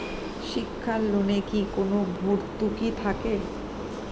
শিক্ষার লোনে কি কোনো ভরতুকি থাকে?